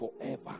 forever